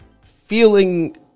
feeling